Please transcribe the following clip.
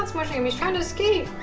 um sort of um he's trying to escape.